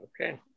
okay